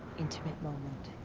intimate moment.